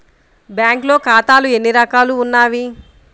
బ్యాంక్లో ఖాతాలు ఎన్ని రకాలు ఉన్నావి?